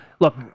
Look